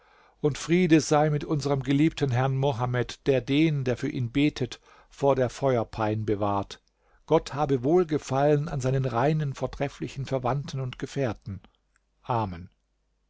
und friede sei mit unserm geliebten herrn mohammed der den der für ihn betet vor der feuerpein bewahrt gott habe wohlgefallen an seinen reinen vortrefflichen verwandten und gefährten amen